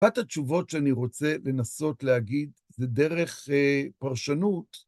בת התשובות שאני רוצה לנסות להגיד, זה דרך פרשנות.